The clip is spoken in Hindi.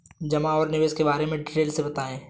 जमा और निवेश के बारे में डिटेल से बताएँ?